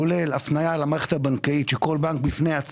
כולל הפניה המערכת הבנקאית יקרא